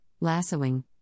lassoing